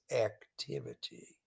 activity